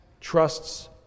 trusts